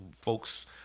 folks